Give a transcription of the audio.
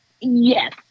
Yes